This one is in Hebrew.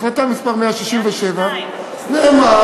החלטה מס' 167, היו לי שתיים.